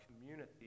community